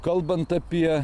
kalbant apie